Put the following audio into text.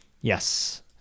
Yes